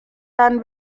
dann